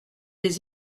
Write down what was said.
des